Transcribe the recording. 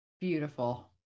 Beautiful